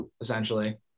essentially